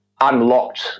unlocked